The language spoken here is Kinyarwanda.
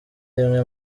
rimwe